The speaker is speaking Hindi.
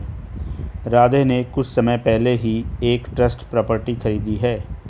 राधे ने कुछ समय पहले ही एक ट्रस्ट प्रॉपर्टी खरीदी है